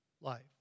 life